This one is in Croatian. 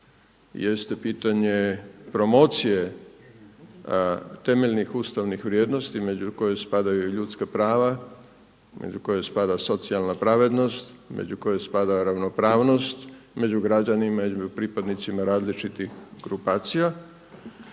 jeste pitanje promocije temeljnih ustavnih vrijednosti među koje spadaju i ljudska prava, među koje spada socijalna pravednost, među koje spada ravnopravnost među građanima pripadnicima različitih grupacija